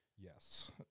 yes